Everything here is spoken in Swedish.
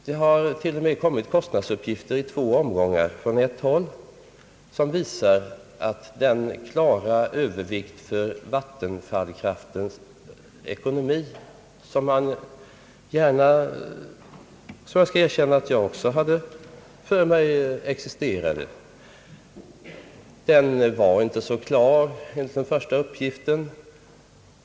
Det har till och med från ett håll inkommit kostnadsuppgifter i två omgångar som visar att den klara övervikt för vattenfaliskraftens ekonomi, som man — även jag själv — hade för sig existerade, redan enligt den första uppgiften inte var så klar.